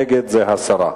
נגד, זה הסרה.